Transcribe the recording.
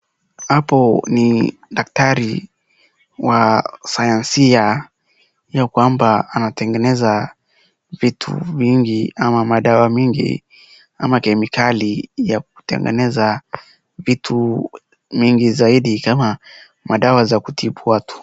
Hapo ni daktari wa sayansia ya kwamba anatengeneza vitu vingi ama madawa mingi ama kemikali ya kutengeneza vitu mingi zaidi kama madawa za kutibu watu.